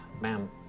Ma'am